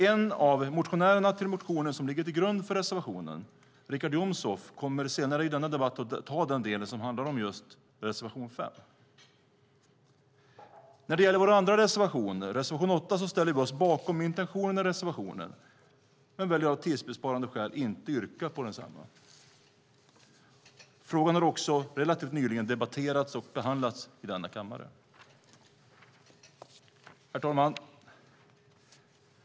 En av motionärerna till motionen som ligger till grund för reservationen, Richard Jomshof, kommer senare i denna debatt ta den del som handlar om reservation 5. När det gäller vår andra reservation, reservation 8, ställer vi oss bakom intentionerna i reservationen men väljer av tidsbesparande skäl att inte yrka på densamma. Frågan har också relativt nyligen debatterats och behandlats i denna kammare. Herr talman!